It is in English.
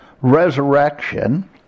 resurrection